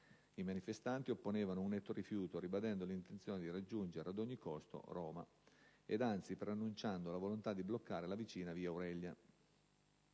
I manifestanti opponevano un netto rifiuto, ribadendo l'intenzione di raggiungere ad ogni costo Roma ed anzi preannunciando la volontà di bloccare la vicina via Aurelia.